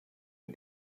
wir